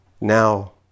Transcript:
now